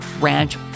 ranch